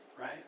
right